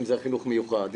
אם זה חינוך מיוחד,